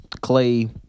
clay